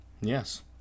Yes